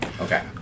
Okay